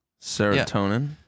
serotonin